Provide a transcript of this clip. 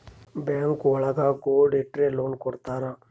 bank ಒಳಗ gold ಇಟ್ರ loan ಕೊಡ್ತಾರ